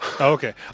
Okay